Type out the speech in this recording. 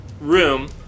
room